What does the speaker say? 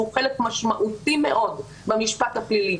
שהוא חלק משמעותי מאוד במשפט הפלילי,